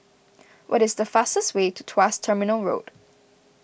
what is the fastest way to Tuas Terminal Road